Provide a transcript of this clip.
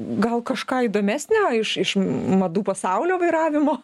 gal kažką įdomesnio iš iš madų pasaulio vairavimo